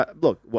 Look